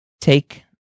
take